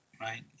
right